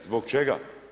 Zbog čega?